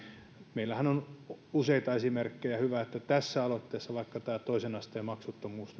meillähän on useita esimerkkejä hyvä että vaikka toisen asteen maksuttomuus